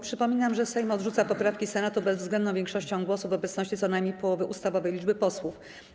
Przypominam, że Sejm odrzuca poprawki Senatu bezwzględną większością głosów w obecności co najmniej połowy ustawowej liczby posłów.